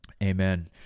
Amen